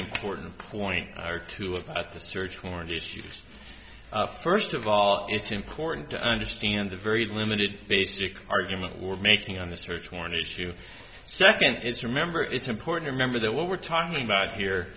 important point or two about the search warrant issues first of all it's important to understand the very limited basic argument we're making on the search warrant issue second is remember it's important to remember that what we're talking about here